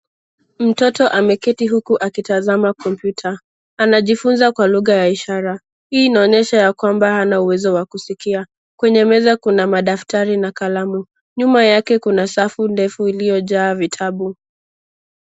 Mtoto ameketi huku akitazama kompyuta. Anajifunza kwa lugha ya ishara. Hii inaonyesha hana uwezo wa kusikia. Kwenye meza kuna madaftari na kalamu, nyuma yake kuna safu ndefu iliyojaa vitabu